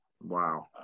wow